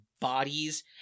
bodies